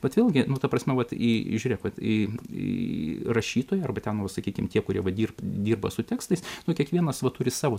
vat vėlgi nu ta prasme vat i žiūrėk vat i i rašytoja arba ten sakykim tie kurie va dirba dirba su tekstais kiekvienas va turi savo